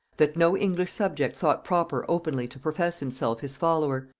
that no english subject thought proper openly to profess himself his follower,